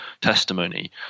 testimony